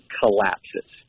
collapses